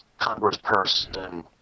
congressperson